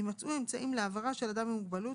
יימצאו אמצעים להעברה של אדם עם מוגבלות,